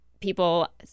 people